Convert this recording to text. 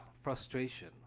frustration